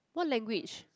what language